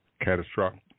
catastrophic